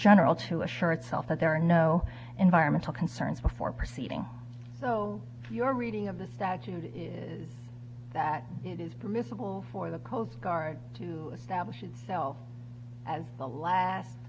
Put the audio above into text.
general to assure itself that there are no environmental concerns before proceeding so your reading of the statute is that it is permissible for the coast guard to stablish itself as the last